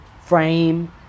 frame